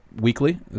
weekly